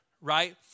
right